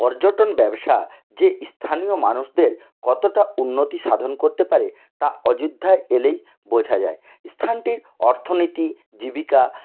পর্যটন ব্যবসা যে স্থানীয় মানুষদের কতটা উন্নতি সাধন করতে পারে তা অযোধ্যায় এলেই বোঝা যায় স্থানটির অর্থনীতি জীবিকা